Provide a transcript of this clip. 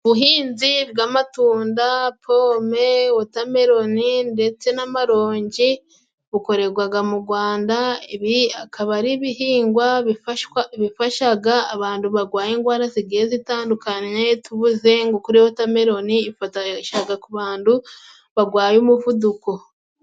Ubuhinzi bw'amatunda, pome, watameloni ndetse n'amaronji bukoregwaga mu Gwanda Ibi akaba ari ibihingwa bifashaga abantu barwaye indwara zigiye zitandukanye, tuvuze nko kuri waterameloni ifashaga ku bantu bagwaye umuvuduko.